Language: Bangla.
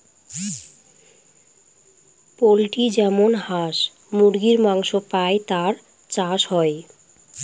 পোল্ট্রি যেমন হাঁস মুরগীর মাংস পাই তার চাষ হয়